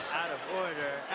out of order.